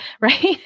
right